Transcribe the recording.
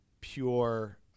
pure